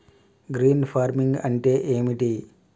Green farming అంటే ఏమిటి?